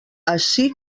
ací